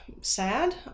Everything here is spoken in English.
sad